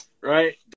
Right